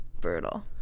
brutal